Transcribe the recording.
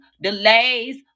delays